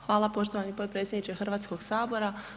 Hvala poštovani potpredsjedniče Hrvatskog sabora.